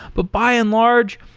but by and large,